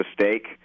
mistake